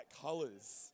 colours